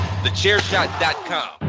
TheChairShot.com